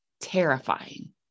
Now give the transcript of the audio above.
terrifying